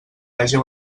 haja